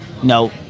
No